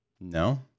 No